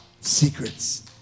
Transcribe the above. secrets